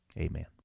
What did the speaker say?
Amen